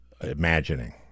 imagining